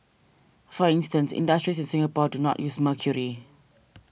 for instance industries in Singapore do not use mercury